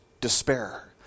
despair